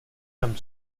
tam